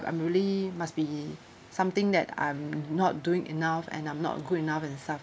I'm really must be something that I'm not doing enough and I'm not good enough itself